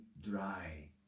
dry